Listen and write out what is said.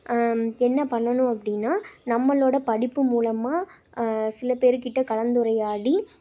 என்ன பண்ணணும் அப்படினா நம்மளோட படிப்பு மூலமாக சில பேர் கிட்டே கலந்துரையாடி